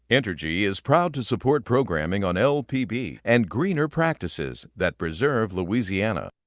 entergy is proud to support programming on lpb and greener practices that preserve louisiana.